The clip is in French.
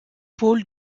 pôles